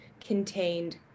contained